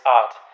art